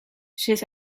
zit